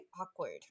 awkward